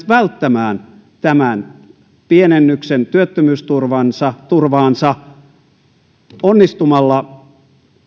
välttämään tämän pienennyksen työttömyysturvaansa onnistumalla